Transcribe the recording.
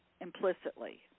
implicitly